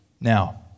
Now